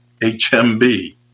HMB